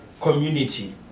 community